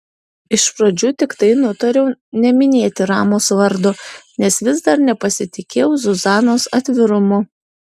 iš pradžių tiktai nutariau neminėti ramos vardo nes vis dar nepasitikėjau zuzanos atvirumu